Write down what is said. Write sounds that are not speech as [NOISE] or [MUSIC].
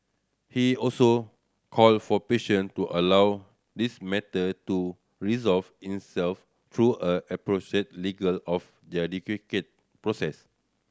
he also called for patience to allow this matter to resolve itself through a [UNINTELLIGIBLE] legal of their [UNINTELLIGIBLE] process